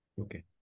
Okay